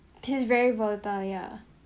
this is very volatile ya